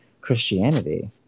Christianity